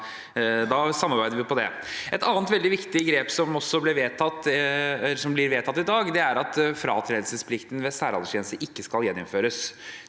da samarbeider vi om det. Et annet veldig viktig grep som blir vedtatt i dag, er at fratredelsesplikten ved særaldersgrense ikke skal gjeninnføres.